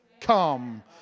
come